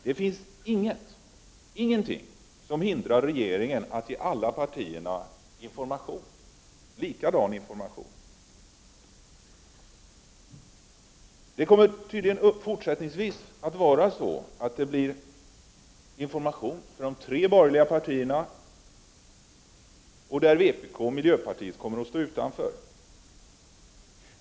Det finns inte någonting som hindrar regeringen att ge alla partierna information, samma information. Det kommer tydligen att även fortsättningsvis förhålla sig så, att de tre borgerliga partierna kommer att informeras, medan vpk och miljöpartiet får stå utanför.